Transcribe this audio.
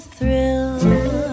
thrill